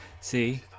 See